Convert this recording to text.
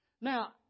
Now